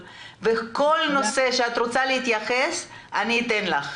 בכל נושא שאת רוצה להתייחס אליו אתן לך.